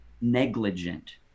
negligent